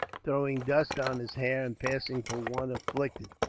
throwing dust on his hair, and passing for one afflicted.